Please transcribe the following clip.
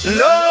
no